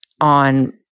on